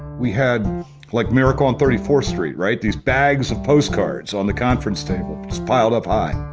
we had like miracle on thirty fourth street right? these bags of postcards on the conference table, just piled up high.